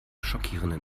schockierenden